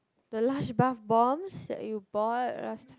the Lush bath bombs that you bought last